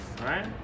right